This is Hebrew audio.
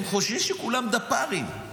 הם חושבים שכולם דפ"רים.